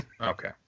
Okay